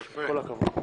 כל הכבוד.